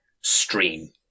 stream